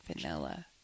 vanilla